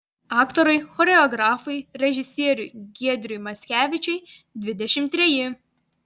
aktoriui choreografui režisieriui giedriui mackevičiui dvidešimt treji